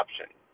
option